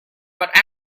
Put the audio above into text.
but